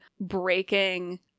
breaking